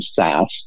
SaaS